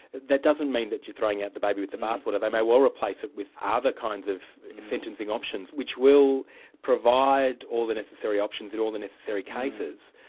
that doesn't mean that you're throwing out the baby with the bathwater, they may well replace it with ah other kinds of sentencing options, which will provide all the necessary options in all the necessary cases,